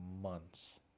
months